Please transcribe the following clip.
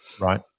right